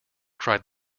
cried